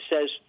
says